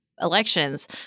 elections